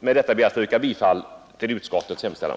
Med detta ber jag att få yrka bifall till utskottets hemställan.